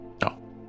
No